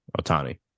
Otani